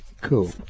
Cool